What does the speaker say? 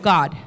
God